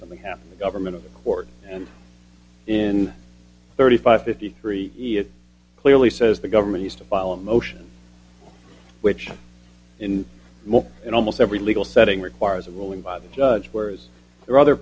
something happen the government of the court and in thirty five fifty three the clearly says the government has to file a motion which in most in almost every legal setting requires a ruling by the judge where is ther